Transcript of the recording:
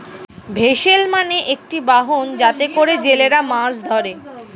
vessel মানে একটি বাহন যাতে করে জেলেরা মাছ ধরে